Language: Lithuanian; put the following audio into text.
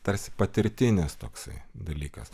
tarsi patirtinis toksai dalykas